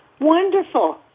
Wonderful